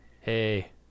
Hey